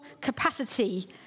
capacity